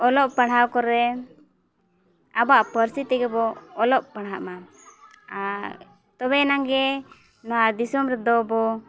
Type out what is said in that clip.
ᱚᱞᱚᱜ ᱯᱟᱲᱦᱟᱣ ᱠᱚᱨᱮᱫ ᱟᱵᱚᱣᱟᱜ ᱯᱟᱹᱨᱥᱤ ᱛᱮᱜᱮ ᱵᱚᱱ ᱚᱞᱚᱜ ᱯᱟᱲᱦᱟᱜ ᱢᱟ ᱟᱨ ᱛᱚᱵᱮᱭᱟᱱᱟᱜ ᱜᱮ ᱱᱚᱣᱟ ᱫᱤᱥᱚᱢ ᱨᱮᱫᱚ ᱵᱚ